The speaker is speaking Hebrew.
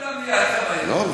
תעביר למליאה, לא.